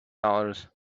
dollars